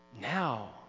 now